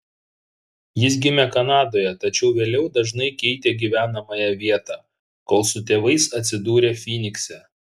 jis gimė kanadoje tačiau vėliau dažnai keitė gyvenamąją vietą kol su tėvais atsidūrė fynikse